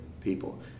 people